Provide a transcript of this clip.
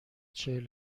چهل